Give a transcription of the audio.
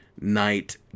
night